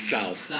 South